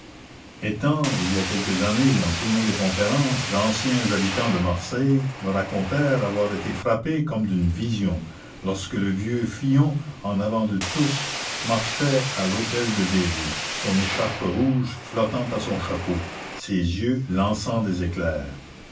étant il y a quelques années en tournée de conférences d'anciens habitants de marseille me racontèrent avoir été frappés comme d'une vision lorsque le vieux fillon en avant de tous marchait à l'hôtel-de-ville son écharpe rouge flottant à son chapeau ses yeux lançant des éclairs